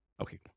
Okay